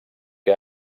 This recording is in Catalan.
que